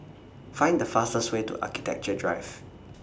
Find The fastest Way to Architecture Drive